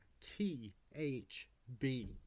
T-H-B